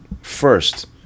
first